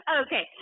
Okay